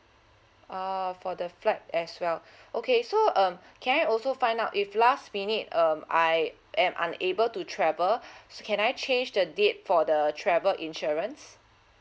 oh for the flight as well okay so um can I also find out if last minute um I am unable to travel so can I change the date for the travel insurance